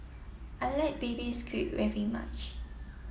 I like baby squid very much